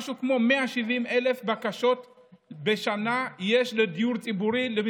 למשרד השיכון יש משהו כמו 170,000 בקשות בשנה לדיור ציבורי.